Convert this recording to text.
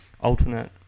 alternate